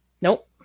Nope